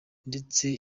ndetse